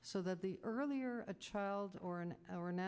so that the earlier a child or an hour an